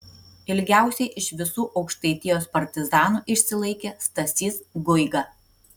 ilgiausiai iš visų aukštaitijos partizanų išsilaikė stasys guiga